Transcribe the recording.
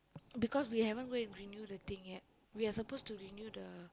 because we haven't go and renew the thing yet we are supposed to renew the